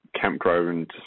campground